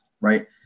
right